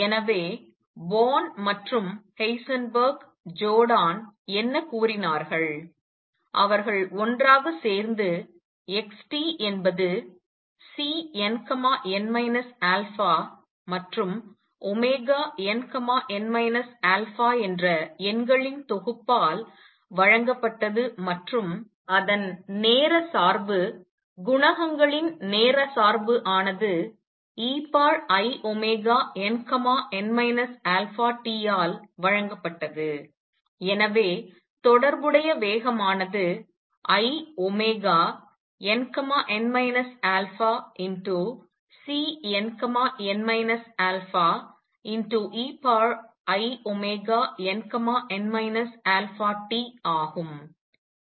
எனவே போர்ன் மற்றும் Heisenberg Jordan என்ன கூறினார்கள் அவர்கள் ஒன்றாக சேர்ந்து x t என்பது Cnn α மற்றும் nn α என்ற எண்களின் தொகுப்பால் வழங்கப்பட்டது மற்றும் அதன் நேர சார்பு குணகங்களின் நேர சார்பு ஆனது einn αt ஆல் வழங்கப்பட்டது எனவே தொடர்புடைய வேகம் ஆனது inn αCnn α einn αt ஆகும்